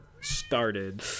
started